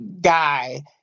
guy